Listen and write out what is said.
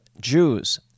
Jews